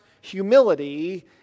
humility